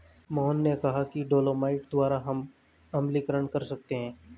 मोहन ने कहा कि डोलोमाइट द्वारा हम अम्लीकरण कर सकते हैं